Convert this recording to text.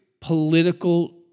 political